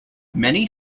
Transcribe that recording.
many